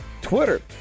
Twitter